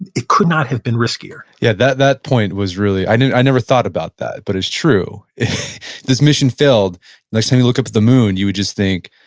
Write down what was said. it could not have been riskier yeah, that that point was really, i never i never thought about that, but it's true. if this mission failed, the next time you look up at the moon, you would just think,